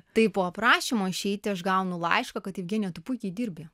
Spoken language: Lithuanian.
taip po prašymo išeiti aš gaunu laišką kad jevgenija tu puikiai dirbi